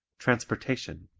transportation